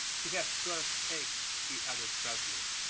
she has twelve eggs, he added proudly.